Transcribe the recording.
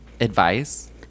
advice